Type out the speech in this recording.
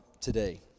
today